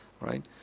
Right